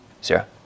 Sarah